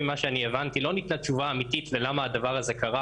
ממה שאני הבנתי לא ניתנה תשובה אמתית ללמה הדבר הזה קרה